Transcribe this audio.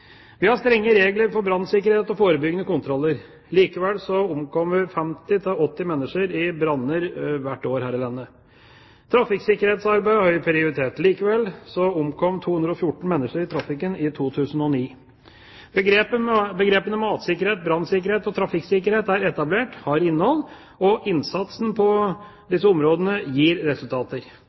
Vi har strenge regler for brannsikkerhet og forebyggende kontroller. Likevel omkommer 50–80 mennesker i branner hvert år her i landet. Trafikksikkerhetsarbeidet har høy prioritet. Likevel omkom 214 mennesker i trafikken i 2009. Begrepene matsikkerhet, brannsikkerhet og trafikksikkerhet er etablert, har innhold, og innsatsen på disse områdene gir resultater.